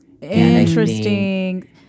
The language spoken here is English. Interesting